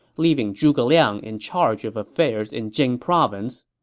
leaving zhuge liang in charge of affairs in jing province.